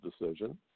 decision